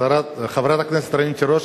חברת הכנסת רונית תירוש,